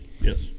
yes